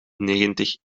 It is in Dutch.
negentig